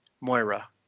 Moira